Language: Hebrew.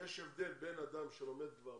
יש הבדל בין אדם שלומד כבר